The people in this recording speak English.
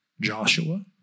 Joshua